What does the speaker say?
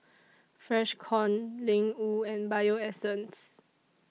Freshkon Ling Wu and Bio Essence